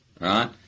right